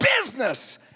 business